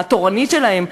התורנית שלהם.